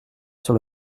sur